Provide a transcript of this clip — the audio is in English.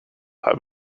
have